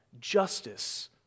Justice